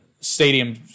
stadium